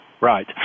Right